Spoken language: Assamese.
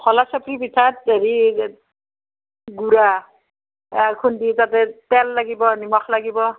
খোলাচাপৰি পিঠাত হেৰি গুড়া খুন্দি তাতে তেল লাগিব নিমখ লাগিব